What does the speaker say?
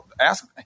ask